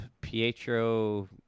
Pietro